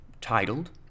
titled